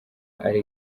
ari